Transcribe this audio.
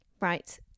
Right